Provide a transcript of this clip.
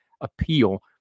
appeal